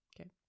Okay